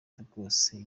rwose